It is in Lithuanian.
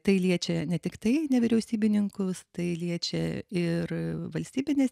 tai liečia ne tiktai nevyriausybininkus tai liečia ir valstybines